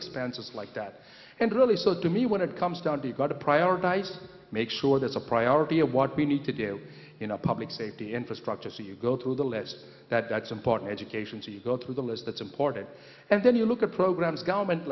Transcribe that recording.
expenses like that and really so to me when it comes down to go to prioritize make sure that's a priority of what we need to do in our public safety infrastructure so you go through the list that that's important education to go to the list that's important and then you look at programs government